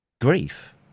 grief